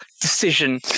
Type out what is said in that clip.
decision